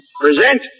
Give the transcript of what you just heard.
Present